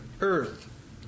earth